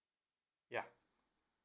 ya